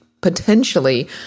Potentially